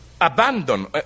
abandon